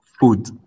Food